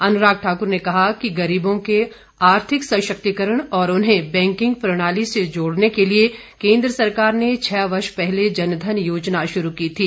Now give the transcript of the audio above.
अनुराग ठाकुर ने कहा कि गरीबों के आर्थिक सशक्तिकरण और उन्हें बैंकिंग प्रणाली से जोड़ने के लिए केंद्र सरकार ने छह वर्ष पहले जनधन योजना शुरू की थी